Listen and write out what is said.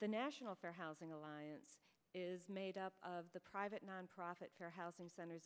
the national fair housing alliance is made up of the private nonprofit fair housing centers